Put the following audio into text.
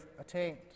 attained